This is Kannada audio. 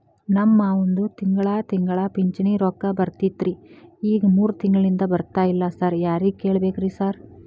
ನಮ್ ಮಾವಂದು ತಿಂಗಳಾ ತಿಂಗಳಾ ಪಿಂಚಿಣಿ ರೊಕ್ಕ ಬರ್ತಿತ್ರಿ ಈಗ ಮೂರ್ ತಿಂಗ್ಳನಿಂದ ಬರ್ತಾ ಇಲ್ಲ ಸಾರ್ ಯಾರಿಗ್ ಕೇಳ್ಬೇಕ್ರಿ ಸಾರ್?